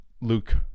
Luke